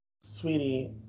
sweetie